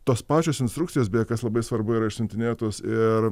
tos pačios instrukcijos beje kas labai svarbu yra išsiuntinėtos ir